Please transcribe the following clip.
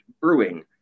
brewing